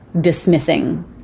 dismissing